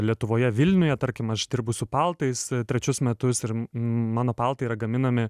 lietuvoje vilniuje tarkim aš dirbu su paltais trečius metus ir mano paltai yra gaminami